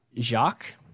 Jacques